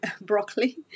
broccoli